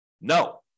No